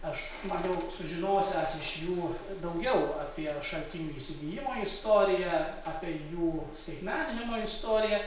aš maniau sužinosiąs iš jų daugiau apie šaltinių įsigijimo istoriją apie jų skaitmeninimo istoriją